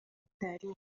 التاريخ